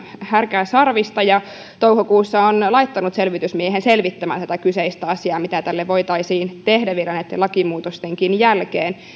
härkää sarvista ja toukokuussa on laittanut selvitysmiehen selvittämään tätä kyseistä asiaa mitä tälle voitaisiin tehdä vielä näitten lakimuutostenkin jälkeen